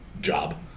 job